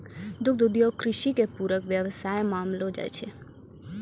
दुग्ध उद्योग कृषि के पूरक व्यवसाय मानलो जाय छै